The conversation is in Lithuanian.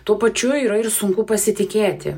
tuo pačiu yra ir sunku pasitikėti